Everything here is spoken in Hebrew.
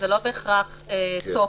זה לא בהכרח טופס.